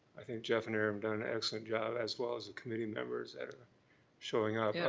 i think jeff and aaron excellent job, as well as the committee members that are showing up. yeah